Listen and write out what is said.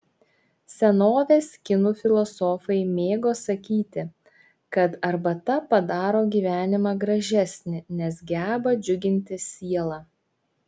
senovės kinų filosofai mėgo sakyti kad arbata padaro gyvenimą gražesnį nes geba džiuginti sielą